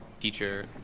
teacher